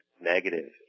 negative